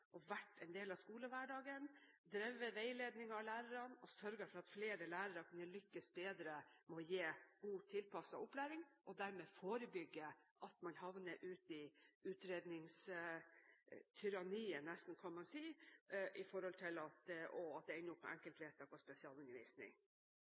en del av skolehverdagen, drevet veiledning av lærerne og sørget for at flere lærere kunne lykkes bedre i å gi god tilpasset opplæring – og dermed forebygge at man havner ut i utredningstyranniet, kan man nesten si, og at det ender opp med enkeltvedtak og spesialundervisning. Det